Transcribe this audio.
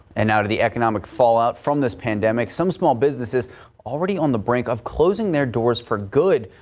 and now to the economic fallout from this pandemic some small businesses already on the brink of closing their doors for good.